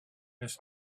his